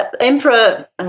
Emperor